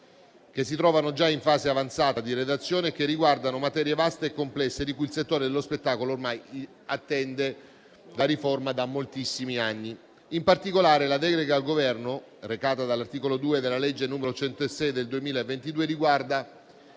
che si trovano già in fase avanzata di redazione e che riguardano materie vaste e complesse, di cui il settore dello spettacolo ormai attende la riforma da moltissimi anni. In particolare, la delega al Governo recata dall'articolo 2 della legge n. 106 del 2022 riguarda